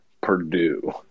Purdue